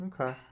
Okay